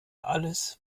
alles